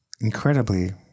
incredibly